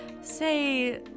Say